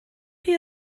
chi